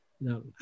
no